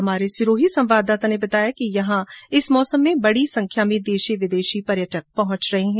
हमारे सिरोही संवाददाता ने बताया कि यहॉ इस मौसम में बड़ी संख्या में देसी विदेशी सैलानी पहंचे हैं